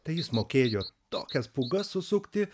tai jis mokėjo tokias pūgas susukti